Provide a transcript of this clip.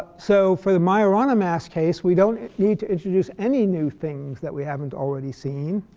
so for the majorana mass case we don't need to introduce any new things that we haven't already seen.